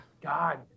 god